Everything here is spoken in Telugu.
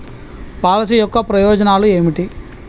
పాలసీ యొక్క ప్రయోజనాలు ఏమిటి?